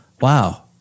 wow